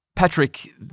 Patrick